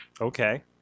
Okay